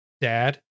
dad